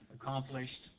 accomplished